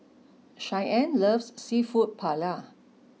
Cheyenne loves seafood Paella